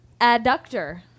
Adductor